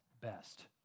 best